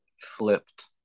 flipped